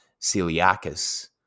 Celiacus